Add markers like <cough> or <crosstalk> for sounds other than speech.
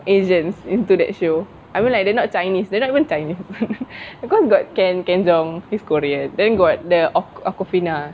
asians into that show I mean like they are not chinese they are not even chinese <noise> because got ken ken jeong he's korean then got the awk~ awkwafina